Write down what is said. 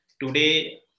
Today